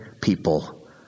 people